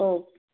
ઓ